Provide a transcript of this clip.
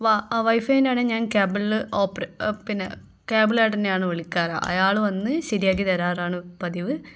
വാ വൈഫൈയിലാണ് ഞാൻ കേബിളിൽ ഓപ്പറെ പിന്നെ കേബിൾ ഏട്ടനെ ആണ് വിളിക്കാറ് അയാൾ വന്ന് ശരിയാക്കി തരാറാണ് പതിവ്